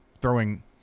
throwing